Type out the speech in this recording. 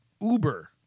uber